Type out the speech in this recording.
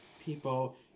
people